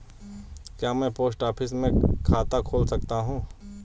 क्या मैं post office में खाता खोल सकता हूँ?